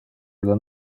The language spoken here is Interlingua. ille